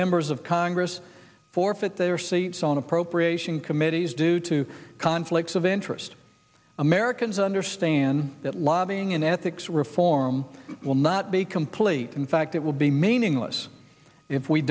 members of congress forfeit their seats on appropriation committees due to conflicts of interest americans understand that lobbying and ethics reform will not be complete in fact it will be main englis if we